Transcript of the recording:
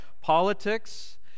politics